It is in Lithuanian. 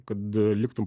kad liktum